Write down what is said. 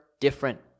different